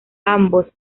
ambos